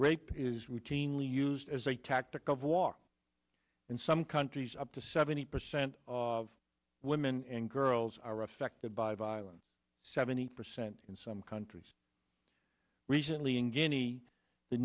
rape is routinely used as a tactic of water in some countries up to seventy percent of women and girls are affected by violence seventy percent in some countries recently in guinea the